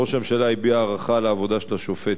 ראש הממשלה הביע הערכה לעבודה של השופט